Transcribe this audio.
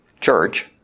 church